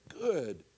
good